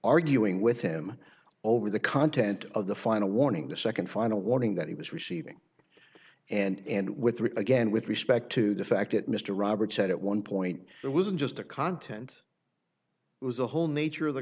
arguing with him over the content of the final warning the second final warning that he was receiving and with again with respect to the fact that mr roberts said at one point it wasn't just the content it was the whole nature of the